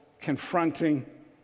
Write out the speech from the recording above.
confronting